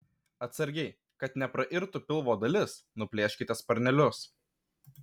atsargiai kad neprairtų pilvo dalis nuplėškite sparnelius